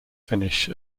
finish